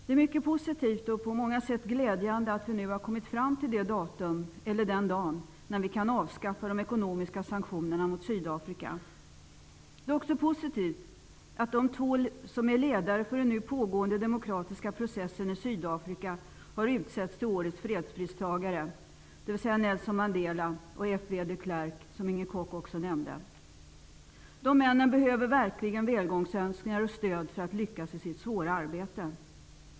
Fru talman! Det är mycket positivt och på många sätt glädjande att vi nu har kommit fram till det datum, eller den dagen, när vi kan avskaffa de ekonomiska sanktionerna mot Sydafrika. Det är också positivt att de två som är ledare för den nu pågående demokratiska processen i Sydafrika har utsetts till årets fredspristagare, dvs. Nelson Mandela och F. W. de Klerk, vilket Inger Koch också nämnde. De männen behöver verkligen välgångsönskningar och stöd för att lyckas i sitt svåra arbete.